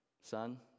son